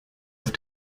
auf